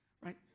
right